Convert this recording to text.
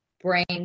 brain